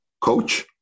coach